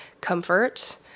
comfort